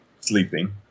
sleeping